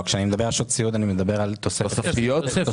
לא, אני מדבר על שעות הסיעוד שהן תוספתיות למענם.